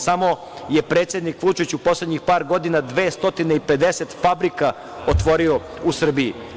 Samo je predsednik Vučić u poslednjih par godina 250 fabrika otvorio u Srbiji.